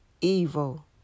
Evil